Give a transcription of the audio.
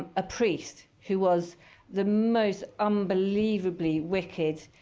a priest who was the most unbelievably wicked